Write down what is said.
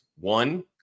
One